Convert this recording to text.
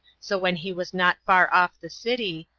so when he was not far off the city,